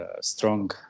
strong